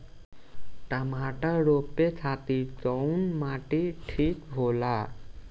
टमाटर रोपे खातीर कउन माटी ठीक होला?